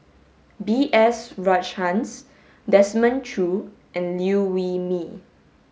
B S Rajhans Desmond Choo and Liew Wee Mee